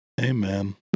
amen